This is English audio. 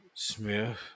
Smith